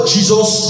Jesus